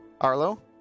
Arlo